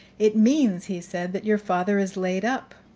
it means, he said, that your father is laid up.